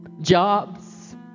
jobs